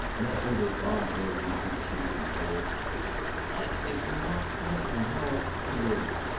nestled her bobbed hair against his chin, and crowed i think you're lots nicer than howard. why is it,